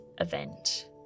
event